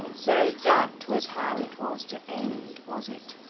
so that was how it was to end, was it?